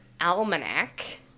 almanac